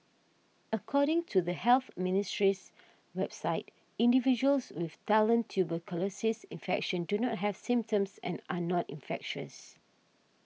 according to the Health Ministry's website individuals with latent tuberculosis infection do not have symptoms and are not infectious